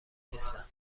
نیستن